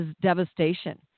devastation